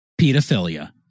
pedophilia